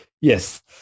Yes